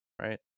right